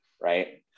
right